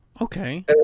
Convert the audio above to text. Okay